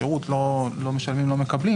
שרות לא משלמים לא מקבלים